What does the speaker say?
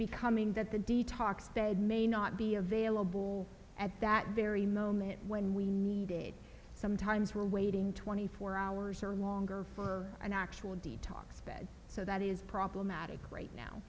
becoming that the detox bed may not be available at that very moment when we need sometimes we're waiting twenty four hours or longer for an actual detox bed so that is problematic right now